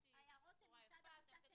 ההערות הן מצד עמותת 'ענב'.